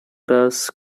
does